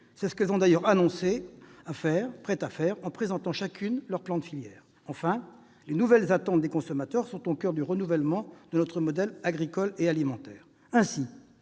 C'est ce qu'elles ont d'ailleurs commencé à faire en présentant chacune son plan de filière. Enfin, les nouvelles attentes des consommateurs sont au coeur du renouvellement de notre modèle agricole et alimentaire.